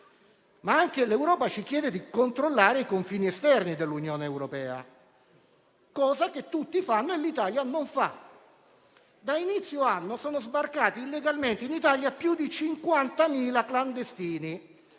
Governo. L'Europa ci chiede poi di controllare i confini esterni dell'Unione europea; cosa che tutti fanno e che l'Italia invece non fa. Da inizio anno sono sbarcati illegalmente in Italia più di 50.000 clandestini.